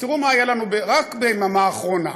תראו מה היה לנו רק ביממה האחרונה: